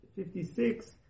56